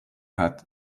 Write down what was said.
hat